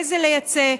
איזה לייצא,